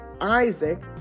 Isaac